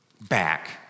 back